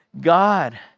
God